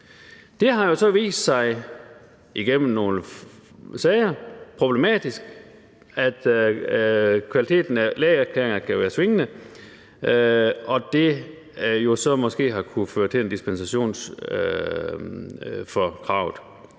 Det har jo så igennem nogle sager vist sig problematisk, at kvaliteten af lægeerklæringer kan være svingende. Og det har jo så måske kunnet føre til en dispensation i forhold